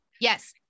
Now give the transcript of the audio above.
Yes